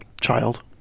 child